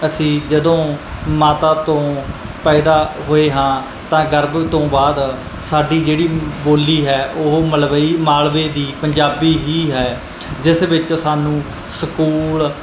ਅਸੀਂ ਜਦੋਂ ਮਾਤਾ ਤੋਂ ਪੈਦਾ ਹੋਏ ਹਾਂ ਤਾਂ ਗਰਭ ਤੋਂ ਬਾਅਦ ਸਾਡੀ ਜਿਹੜੀ ਬੋਲੀ ਹੈ ਉਹ ਮਲਵਈ ਮਾਲਵੇ ਦੀ ਪੰਜਾਬੀ ਹੀ ਹੈ ਜਿਸ ਵਿੱਚ ਸਾਨੂੰ ਸਕੂਲ